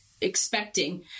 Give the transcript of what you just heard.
expecting